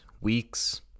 weeks